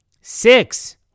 six